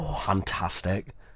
fantastic